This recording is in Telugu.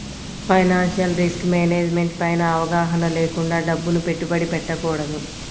ఫైనాన్షియల్ రిస్క్ మేనేజ్మెంట్ పైన అవగాహన లేకుండా డబ్బుని పెట్టుబడి పెట్టకూడదు